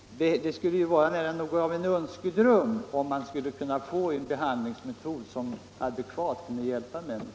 Det vore ju nära nog som om en önskedröm gick i uppfyllelse ifall man kunde få en behandlingsmetod som verkligen hjälpte människor.